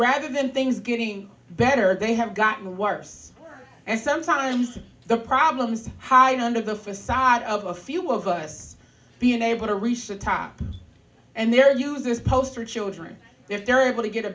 rather than things getting better they have gotten worse and sometimes the problems hide under the facade of a few of us be unable to reach the top and their users poster children if they're able to get a